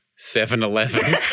7-Eleven